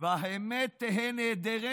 והאמת תהא נעדרת,